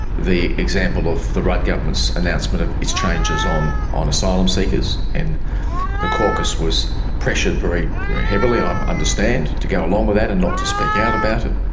the example of the rudd government's announcement of its changes um on asylum seekers and the caucus was pressured very heavily i um understand to go along with that and not to speak out about it.